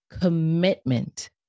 commitment